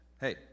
hey